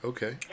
Okay